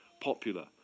popular